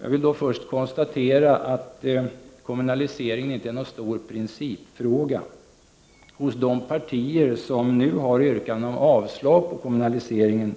Jag vill då först konstatera att kommunaliseringen inte är någon stor principfråga. Hos de partier som nu har yrkanden om avslag på förslaget om kommunalisering